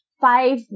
five